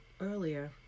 earlier